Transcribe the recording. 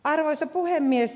arvoisa puhemies